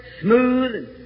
smooth